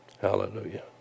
Hallelujah